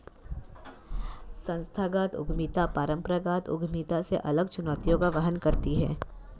संस्थागत उद्यमिता परंपरागत उद्यमिता से अलग चुनौतियों का वहन करती है